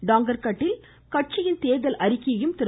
டாங்கார்கடில் கட்சியின் தேர்தல் அறிக்கையையும் திரு